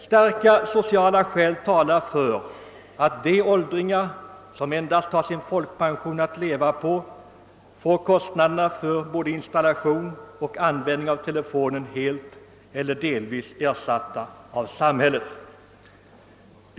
Starka sociala skäl talar för att de åldringar, som endast har sin folkpension alt leva på, skall få kostnaderna för både installation och användning av telefon helt eller delvis ersatta av samhället.